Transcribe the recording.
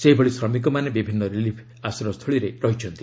ସେହିଭଳି ଶ୍ରମିକମାନେ ବିଭିନ୍ନ ରିଲିଫ୍ ଆଶ୍ରୟ ସ୍ଥଳୀରେ ରହିଛନ୍ତି